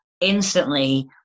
instantly